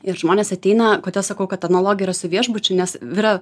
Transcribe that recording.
ir žmonės ateina kodėl sakau kad analogija yra su viešbučiu nes vyra